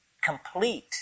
complete